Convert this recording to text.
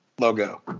logo